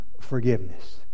forgiveness